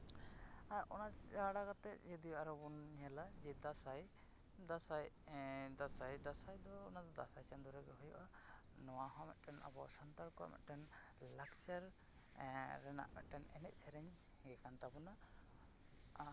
ᱟᱨ ᱚᱱᱟ ᱪᱷᱟᱲᱟ ᱠᱟᱛᱮᱫ ᱡᱩᱫᱤ ᱟᱨᱚ ᱵᱚᱱ ᱧᱮᱞᱟ ᱡᱮ ᱫᱟᱸᱥᱟᱭ ᱫᱟᱸᱥᱟᱭ ᱮ ᱫᱟᱸᱥᱟᱭ ᱫᱟᱸᱥᱟᱭ ᱫᱚ ᱚᱱᱟ ᱫᱚ ᱫᱟᱸᱥᱟᱭ ᱪᱟᱸᱫᱳ ᱨᱮᱜᱮ ᱦᱩᱭᱩᱜᱼᱟ ᱱᱚᱣᱟ ᱦᱚᱸ ᱢᱤᱫᱴᱮᱱ ᱟᱵᱚ ᱥᱟᱱᱛᱟᱲ ᱠᱚᱣᱟᱜ ᱢᱤᱫᱴᱮᱱ ᱞᱟᱠᱪᱟᱨ ᱨᱮᱱᱟᱜ ᱢᱤᱫᱴᱮᱱ ᱮᱱᱮᱡ ᱥᱮᱨᱮᱧ ᱜᱮ ᱠᱟᱱ ᱛᱟᱵᱳᱱᱟ